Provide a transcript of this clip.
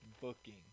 booking